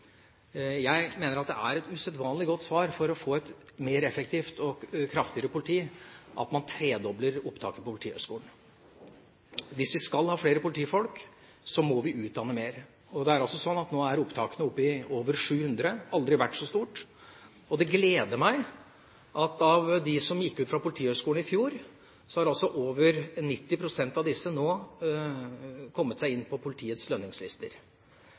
Jeg mener at det er et usedvanlig godt svar for å få et mer effektivt og kraftigere politi at man tredobler opptaket på Politihøgskolen. Hvis vi skal ha flere politifolk, må vi utdanne flere. Og nå er opptaket oppe i over 700. Det har aldri har vært så høyt, og det gleder meg at av dem som gikk ut av Politihøgskolen i fjor, har altså over 90 pst. nå kommet seg inn på politiets lønningslister.